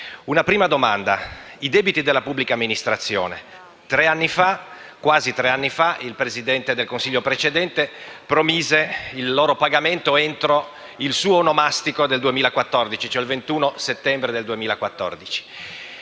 i debiti della pubblica amministrazione: quasi tre anni fa il Presidente del Consiglio precedente promise il loro pagamento entro il suo onomastico del 2014, cioè il 21 settembre.